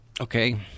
okay